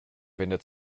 wendet